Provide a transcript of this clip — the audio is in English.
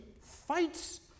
fights